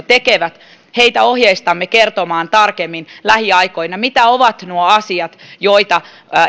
tekevät ohjeistamme lähiaikoina kertomaan tarkemmin mitä ovat nuo asiat joita